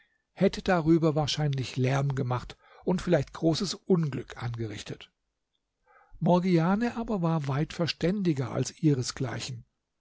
hätte darüber wahrscheinlich lärm gemacht und vielleicht großes unglück angerichtet morgiane aber war weit verständiger als ihresgleichen